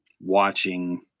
watching